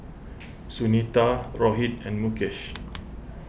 Sunita Rohit and Mukesh